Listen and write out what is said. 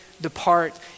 depart